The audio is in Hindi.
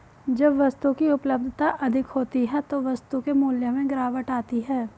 जब वस्तु की उपलब्धता अधिक होती है तो वस्तु के मूल्य में गिरावट आती है